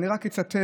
אני רק אצטט